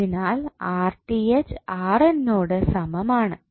അതിനാൽ നോട് സമം ആണ്